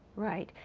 right,